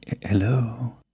Hello